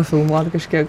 pafilmuot kažkiek